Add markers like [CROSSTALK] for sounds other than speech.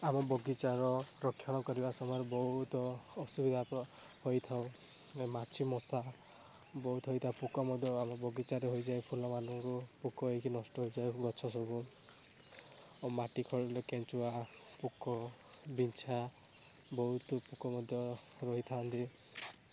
ଆମ ବଗିଚାର ରକ୍ଷଣ କରିବା ସମୟରେ ବହୁତ ଅସୁବିଧା [UNINTELLIGIBLE] ହୋଇଥାଉ ମାଛି ମଶା ବହୁତ ହୋଇଥାଉ ପୋକ ମଧ୍ୟ ଆମ ବଗିଚାରେ ହୋଇଯାଏ ଫୁଲମାନରୁ ପୋକ ହେଇକି ନଷ୍ଟ ହୋଇଯାଏ ଗଛ ସବୁ ମାଟି ଖୋଳିଲେ କେଞ୍ଚୁଆ ପୋକ ବିଛା ବହୁତ ପୋକ ମଧ୍ୟ ରହିଥାନ୍ତି